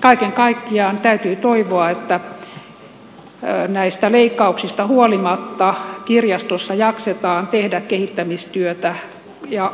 kaiken kaikkiaan täytyy toivoa että näistä leikkauksista huolimatta kirjastossa jaksetaan tehdä kehittämistyötä ja